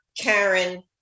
Karen